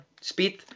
speed